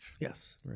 Yes